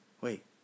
wait